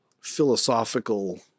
philosophical